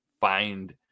find